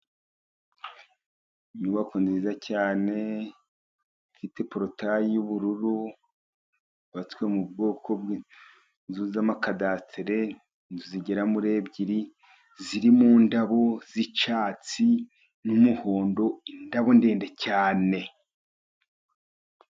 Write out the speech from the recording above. Inyubako nziza cyane， ifite porotayi y’ubururu， yubatswe mu bwoko bw’inzu z’amakadasitere， inzu zigera muri ebyiri， ziri mu ndabo z’icyatsi n'umuhondo， indabo ndende cyane.